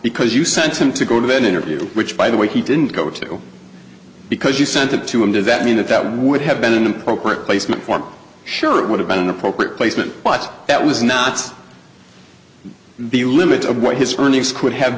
because you sent him to go to an interview which by the way he didn't go to because you sent it to him does that mean that that would have been an appropriate placement for sure it would have been an appropriate placement but that was not the limit of what his earnings could have